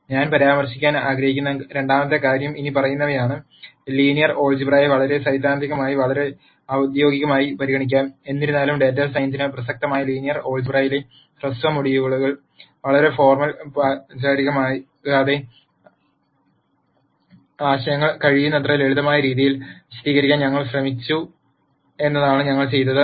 ഞാൻ പരാമർശിക്കാൻ ആഗ്രഹിക്കുന്ന രണ്ടാമത്തെ കാര്യം ഇനിപ്പറയുന്നവയാണ് ലീനിയർ ആൾജിബ്രയെ വളരെ സൈദ്ധാന്തികമായി വളരെ ദ്യോഗികമായി പരിഗണിക്കാം എന്നിരുന്നാലും ഡാറ്റാ സയൻസിന് പ്രസക്തമായ ലീനിയർ ആൾജിബ്രയിലെ ഹ്രസ്വ മൊഡ്യൂളിൽ വളരെ formal പചാരികമായിരിക്കാതെ ആശയങ്ങൾ കഴിയുന്നത്ര ലളിതമായ രീതിയിൽ വിശദീകരിക്കാൻ ഞങ്ങൾ ശ്രമിച്ചു എന്നതാണ് ഞങ്ങൾ ചെയ്തത്